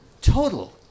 total